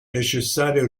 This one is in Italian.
necessarie